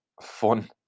fun